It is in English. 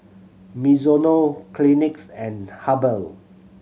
Mizuno Kleenex and Habhal